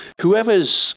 whoever's